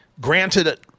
granted